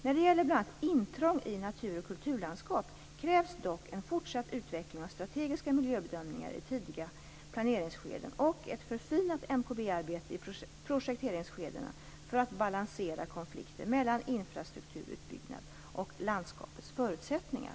När det gäller bl.a. intrång i natur och kulturlandskap krävs dock en fortsatt utveckling av strategiska miljöbedömningar i tidiga planeringsskeden och ett förfinat MKB-arbete i projekteringsskedena för att balansera konflikter mellan infrastrukturutbyggnad och landskapets förutsättningar.